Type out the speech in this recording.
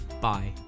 Bye